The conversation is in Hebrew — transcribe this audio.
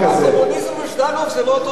הקומוניזם וז'דנוב זה לא אותו דבר.